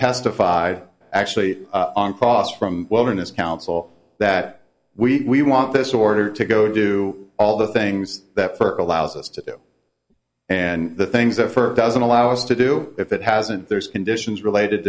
testified actually on cost from wellness council that we want this order to go do all the things that first allows us to do and the things that for doesn't allow us to do if it hasn't there's conditions related